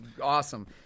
Awesome